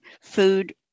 food